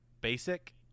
basic